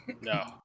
No